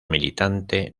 militante